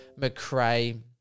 McRae